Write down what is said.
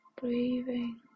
breathing